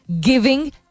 giving